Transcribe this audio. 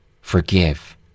forgive